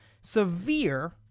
severe